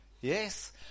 yes